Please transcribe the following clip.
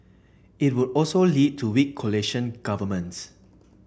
it would also lead to weak coalition governments